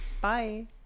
bye